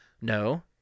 No